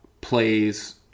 plays